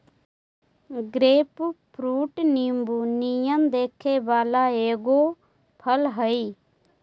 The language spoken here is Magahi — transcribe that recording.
ग्रेपफ्रूट नींबू नियन दिखे वला एगो फल हई